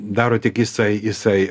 daro tik jisai jisai